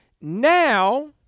now